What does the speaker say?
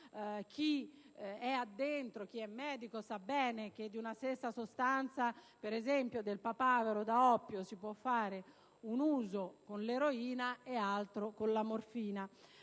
della stessa. Chi è medico sa bene che di una stessa sostanza come - per esempio - il papavero da oppio si può fare un uso con l'eroina e un altro con la morfina.